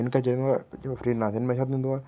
हिनखे चइबो आहे फ़्रीलांसर हिन में छा थींदो आहे